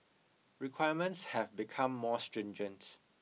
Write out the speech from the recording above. requirements have become more stringent